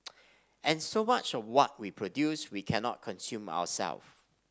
and so much of what we produce we cannot consume our self